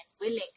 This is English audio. willing